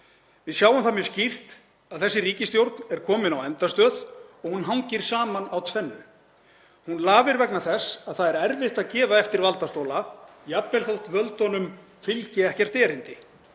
Við sjáum það mjög skýrt að þessi ríkisstjórn er komin á endastöð. Hún hangir saman á tvennu. Hún lafir vegna þess að það er erfitt að gefa eftir valdastóla, jafnvel þótt völdunum fylgi ekkert erindi,